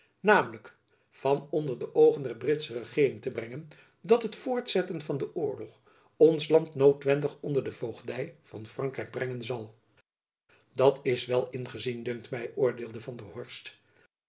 namelijk van onder de oogen der britsche regeering te brengen dat het voortzetten van den oorlog ons land noodwendig onder de voogdy van frankrijk brengen zal jacob van lennep elizabeth musch dat is wel ingezien dunkt my oordeelde van der horst